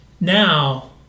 now